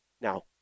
Now